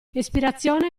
espirazione